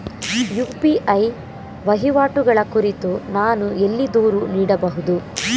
UPI ವಹಿವಾಟುಗಳ ಕುರಿತು ನಾನು ಎಲ್ಲಿ ದೂರು ನೀಡಬಹುದು?